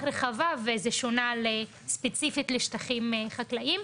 רחבה וזה שונה ספציפית לשטחים חקלאיים.